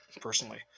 personally